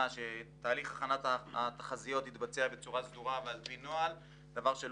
כי תהליך הכנת התחזיות יתבצע באופן סדור ויסתמך על נוהל מתאים.